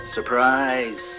Surprise